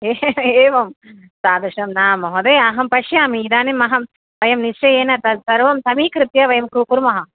ए एवं तादृशं न महोदय अहं पश्यामि इदानीम् अहं वयं निश्चयेन तद् सर्वं समीकृत्य वयं कु कुर्मः